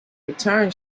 return